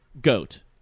goat